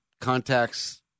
contacts